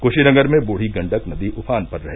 कृशीनगर में बूढ़ी गण्डक नदी उफान पर है